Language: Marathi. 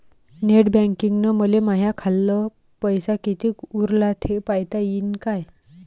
नेट बँकिंगनं मले माह्या खाल्ल पैसा कितीक उरला थे पायता यीन काय?